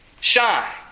shine